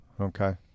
Okay